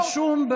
זה רשום,